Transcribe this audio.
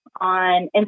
on